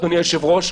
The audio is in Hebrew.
אדוני היושב-ראש,